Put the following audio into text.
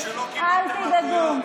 אל תדאגו.